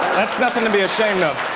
that's nothing to be ashamed of.